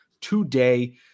today